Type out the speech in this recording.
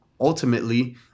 ultimately